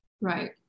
Right